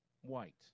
white